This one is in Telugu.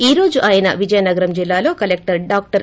ఈ రోజు ఆయన విజయనగరం జిల్లాలో కలెక్టర్ డాక్టర్